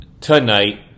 tonight